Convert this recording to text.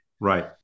Right